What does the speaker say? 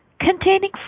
containing